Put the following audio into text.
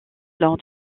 lors